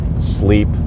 sleep